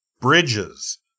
bridges